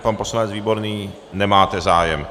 Pan poslanec Výborný nemáte zájem.